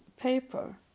paper